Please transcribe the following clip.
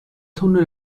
tunnel